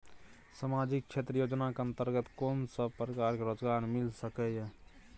सामाजिक क्षेत्र योजना के अंतर्गत कोन सब प्रकार के रोजगार मिल सके ये?